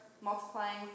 multiplying